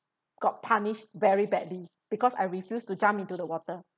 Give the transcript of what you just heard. got punished very badly because I refuse to jump into the water